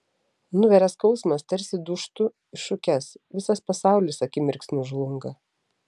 nuveria skausmas tarsi dūžtu į šukes visas pasaulis akimirksniu žlunga